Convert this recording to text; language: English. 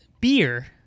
beer